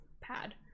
pad